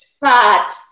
fat